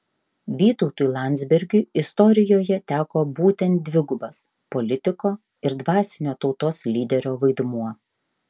vytautui landsbergiui istorijoje teko būtent dvigubas politiko ir dvasinio tautos lyderio vaidmuo